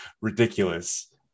ridiculous